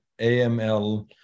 AML